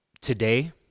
today